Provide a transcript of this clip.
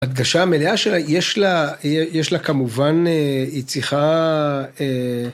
הדגשה המלאה שיש לה, יש לה כמובן היא צריכה.